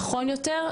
נכון יותר,